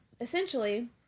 essentially